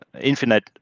infinite